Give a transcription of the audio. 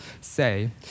say